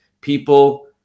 People